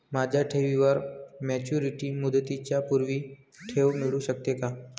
माझ्या ठेवीवर मॅच्युरिटी मुदतीच्या पूर्वी ठेव मिळू शकते का?